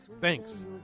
Thanks